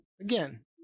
again